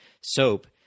soap